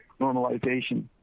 normalization